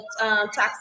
toxic